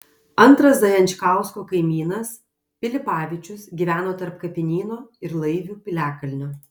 antras zajančkausko kaimynas pilipavičius gyveno tarp kapinyno ir laivių piliakalnio